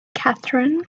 catherine